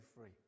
free